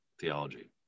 theology